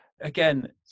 again